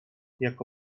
jako